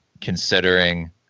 considering